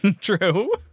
True